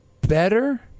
better